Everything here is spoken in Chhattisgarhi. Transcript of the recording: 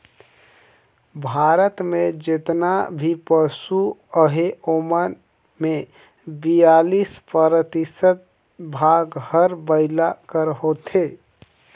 भारत में जेतना भी पसु अहें ओमन में बियालीस परतिसत भाग हर बइला कर होथे